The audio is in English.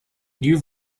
new